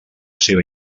seva